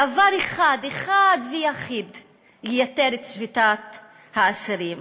דבר אחד, אחד ויחיד ייתר את שביתת האסירים.